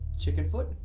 Chickenfoot